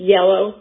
Yellow